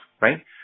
right